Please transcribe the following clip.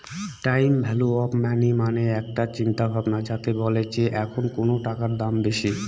time value of money মানে একটা চিন্তা ভাবনা যাতে বলে যে এখন কোনো টাকার দাম বেশি